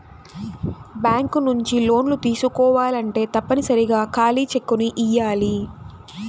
bank నుంచి లోన్లు తీసుకోవాలంటే తప్పనిసరిగా ఖాళీ చెక్కుని ఇయ్యాలి